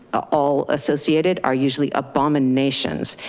all associated are usually abominations.